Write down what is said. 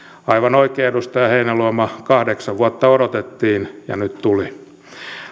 aivan oikein edustaja heinäluoma kahdeksan vuotta odotettiin ja nyt tuli